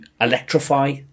electrify